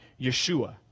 Yeshua